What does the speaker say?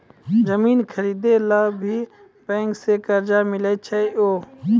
जमीन खरीदे ला भी बैंक से कर्जा मिले छै यो?